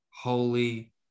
holy